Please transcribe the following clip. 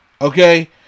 Okay